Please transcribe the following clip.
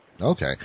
Okay